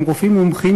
גם רופאים מומחים,